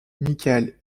michael